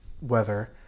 weather